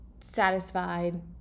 satisfied